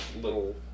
little